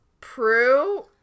Prue